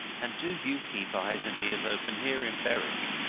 and do you keep eyes and ears open here in berwick!